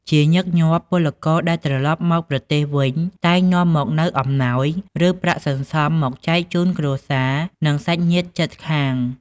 ជាញឹកញាប់ ពលករដែលត្រឡប់មកប្រទេសវិញតែងនាំយកនូវអំណោយ ឬប្រាក់សន្សំមកចែកជូនគ្រួសារ និងសាច់ញាតិជិតខាង។